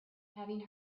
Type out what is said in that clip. having